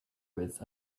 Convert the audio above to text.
with